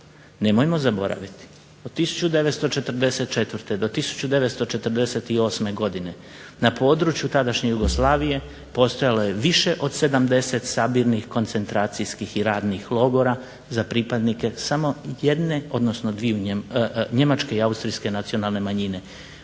Nemojmo zaboraviti, od 1944. do 1948. godine na područje tadašnje Jugoslavije postojalo je više od 70 sabirnih koncentracijskih i radnih logora za pripadnike samo njemačke i austrijske nacionalne manjine.